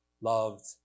loved